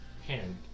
hand